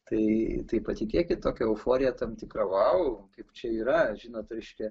tai tai patikėkit tokia euforija tam tikra vau kaip čia yra žinot reiškia